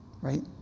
Right